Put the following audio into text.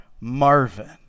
Marvin